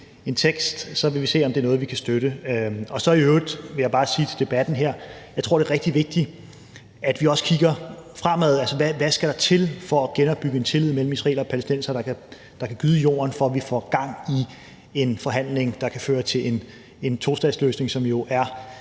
en tekst, kan vi se, om det er noget, vi kan støtte. I øvrigt vil jeg bare sige til debatten her, at jeg tror, det er rigtig vigtigt, at vi også kigger fremad og ser, hvad der skal til for at genopbygge en tillid mellem israelere og palæstinensere, der kan gøde jorden for, at vi får gang i en forhandling, der kan føre til en tostatsløsning, som jo er